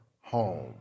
home